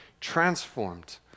transformed